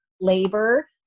labor